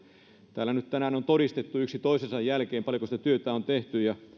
täällä nyt tänään on todistanut yksi toisensa jälkeen paljonko sitä työtä on tehty ja